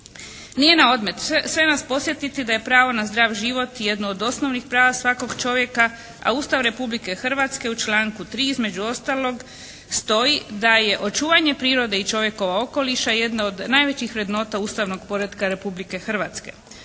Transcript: Nije na odmet sve vas podsjetiti da je pravo na zdrav život jedno od osnovnih prava svakog čovjeka, a Ustav Republike Hrvatske u članku 3. između ostalog stoji da je očuvanje prirode i čovjekova okoliša jedne od najvećih vrednota ustavnog poretka Republike Hrvatske.